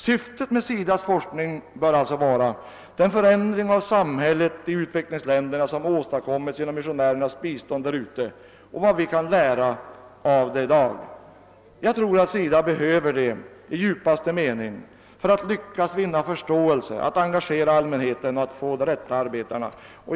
Syftet med den forskning som SIDA skall bedriva bör vara att klargöra den förändring av samhället i utvecklingsländerna, vilken åstadkommits genom missionärernas bistånd i dessa, och vad vi i dag kan lära härav. Jag tror att SIDA behöver det i djupaste mening för att lyckas vinna förståelse, att engagera allmänheten och få de rätta arbetarna.